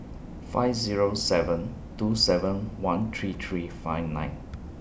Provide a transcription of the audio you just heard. five Zero seven two seven one three three five nine